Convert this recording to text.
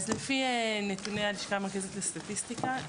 לפי נתוני הלשכה המרכזית לסטטיסטיקה,